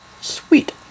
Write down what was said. Sweet